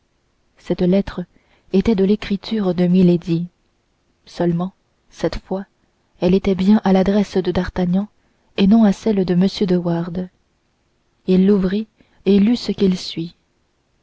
cette lettre était de l'écriture de milady seulement cette fois elle était bien à l'adresse de d'artagnan et non à celle de m de wardes il l'ouvrit et lut ce qui suit